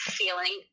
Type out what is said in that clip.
feeling